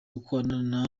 gukorana